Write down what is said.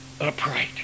upright